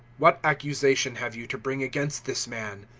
what accusation have you to bring against this man?